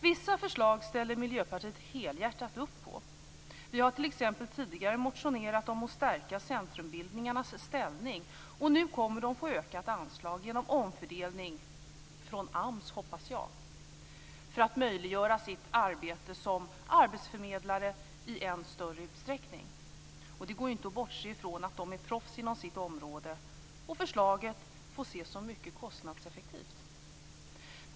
Vissa förslag ställer Miljöpartiet helhjärtat upp på. Vi har t.ex. tidigare motionerat om att stärka centrumbildningarnas ställning. Nu kommer de att få ökat anslag genom omfördelning från AMS, hoppas jag, för att i än större utsträckning möjliggöra sitt arbete som arbetsförmedlare. Det går ju inte att bortse ifrån att de är proffs inom området. Förslaget får ses som mycket kostnadseffektivt.